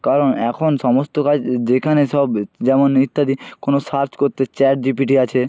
কারণ এখন সমস্ত কাজ যেখানে সব যেমন ইত্যাদি কোনো সার্চ করতে চ্যাট জিপিটি আছে